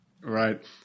Right